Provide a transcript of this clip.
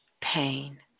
pain